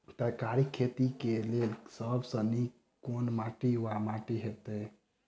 तरकारीक खेती केँ लेल सब सऽ नीक केँ माटि वा माटि हेतै?